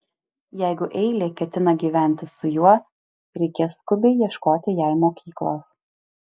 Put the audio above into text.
jeigu eilė ketina gyventi su juo reikės skubiai ieškoti jai mokyklos